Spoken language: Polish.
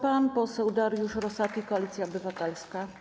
Pan poseł Dariusz Rosati, Koalicja Obywatelska.